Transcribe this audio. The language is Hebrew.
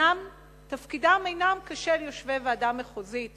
תפקידם אינו כשל יושבי ועדה מחוזית